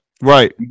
Right